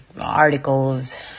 articles